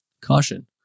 Caution